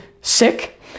sick